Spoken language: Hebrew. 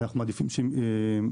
אנחנו מעדיפים שישתמשו